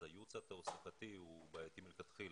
אז הייעוץ התעסוקתי הוא בעייתי מלכתחילה.